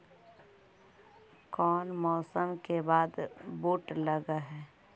कोन मौसम के बाद बुट लग है?